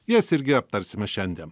jas irgi aptarsime šiandien